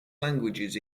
languages